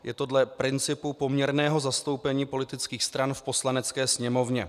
Je to dle principu poměrného zastoupení politických stran v Poslanecké sněmovně.